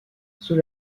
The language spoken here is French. sous